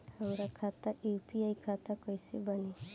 हमार खाता यू.पी.आई खाता कइसे बनी?